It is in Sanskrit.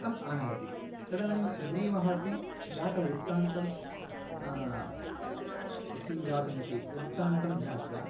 तम् आनयति तदानीं सुग्रीवः अपि जातं वृतान्तं किं जातम् इति वृत्तान्तं ज्ञात्वा